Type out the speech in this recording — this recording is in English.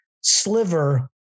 sliver